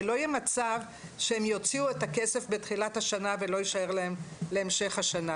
ולא יהיה מצב שהם יוציאו את הכסף בתחילת השנה ולא יישאר להם להמשך השנה.